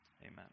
Amen